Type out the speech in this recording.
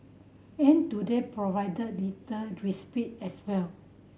and today provided little respite as well